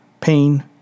pain